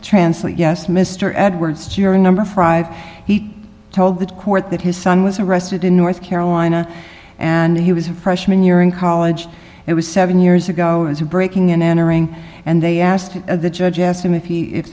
translate yes mr edwards juror number five he told the court that his son was arrested in north carolina and he was a freshman year in college it was seven years ago as a breaking and entering and they asked the judge asked him if he if